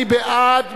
מי בעד?